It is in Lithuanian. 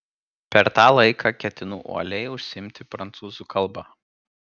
per tą laiką ketinu uoliai užsiimti prancūzų kalba